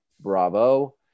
Bravo